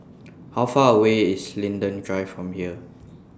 How Far away IS Linden Drive from here